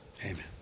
Amen